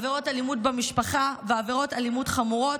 עבירות אלימות במשפחה ועבירות אלימות חמורות.